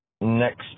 next